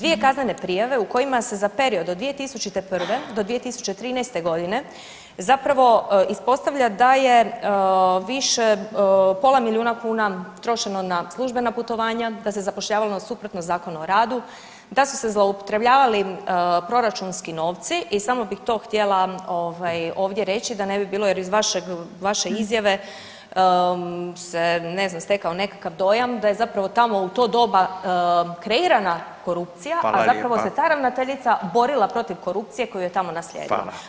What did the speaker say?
2 kaznene prijave u kojima se za period od 2001. do 2013. godine zapravo ispostavlja da je više pola milijuna kuna trošeno na službena putovanja, da se zapošljavalo suprotno Zakonu o radu, da su se zloupotrebljavali proračunski novci i samo bi to htjela ovdje reći da ne bi bilo jer iz vašeg, vaše izjave se ne znam stekao nekakav dojam da je zapravo tamo u doba kreirana korupcija [[Upadica: Hvala lijepa.]] a zapravo se ta ravnateljica borila protiv korupcije koju je tamo naslijedila.